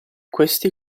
questi